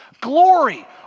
Glory